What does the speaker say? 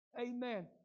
amen